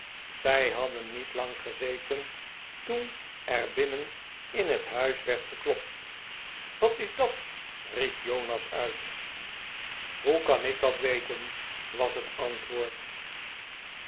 zij hadden niet lang gezeten toen er binnen in het huis werd geklopt wat is dat riep jonas uit terug naar huis hoe kan ik dat weten was het antwoord